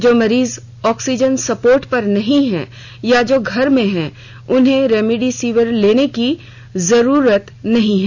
जो मरीज oxygen support पर नहीं है या जो घर में हैं उन्हें रेमडेसिवियर लेने की जरूरत नहीं है